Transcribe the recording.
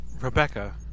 Rebecca